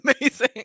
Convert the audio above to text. amazing